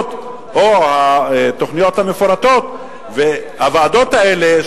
או התוכניות המפורטות והוועדות האלה,